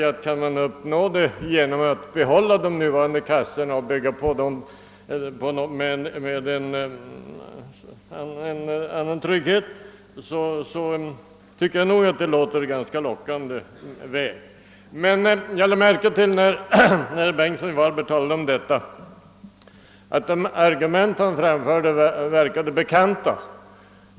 Kan man uppnå den genom att bygga på de nuvarande kassorna, tycker jag nog att det låter ganska lockande. När herr Bengtsson i Varberg talade om detta, tyckte jag att hans argument verkade bekanta.